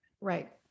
Right